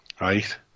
Right